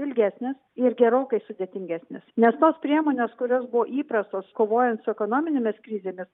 ilgesnės ir gerokai sudėtingesnės nes tos priemonės kurios buvo įprastos kovojant su ekonominėmis krizėmis